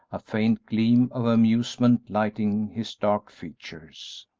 a faint gleam of amusement lighting his dark features.